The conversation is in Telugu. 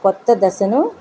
కొత్త దశను